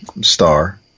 Star